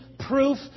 Proof